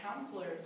counselor